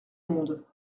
monde